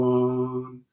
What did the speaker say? one